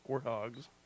warthogs